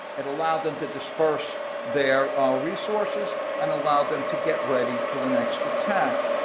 it allowed them to disperse their resources, and allowed them to get ready for the next attack.